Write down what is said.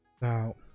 Now